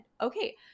okay